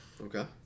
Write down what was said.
Okay